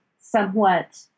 somewhat